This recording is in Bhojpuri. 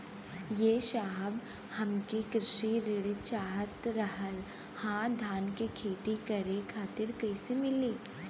ए साहब हमके कृषि ऋण चाहत रहल ह धान क खेती करे खातिर कईसे मीली?